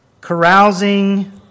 carousing